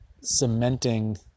cementing